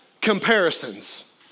comparisons